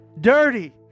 Dirty